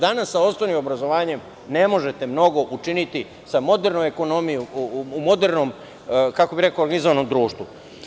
Danas sa osnovnim obrazovanjem ne možete mnogo učiniti, sa modernom ekonomijom, u modernom, kako bih rekao, vizuelnom društvu.